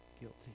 Guilty